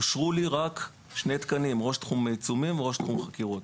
אושרו לי רק שני תקנים: ראש תחום עיצומים וראש תחום חקירות,